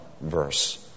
verse